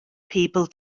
people